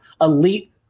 elite